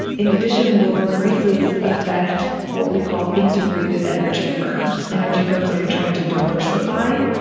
in addition, lower prices affect what we call integrated energy firms, energy firms that are trying to diversify.